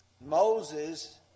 Moses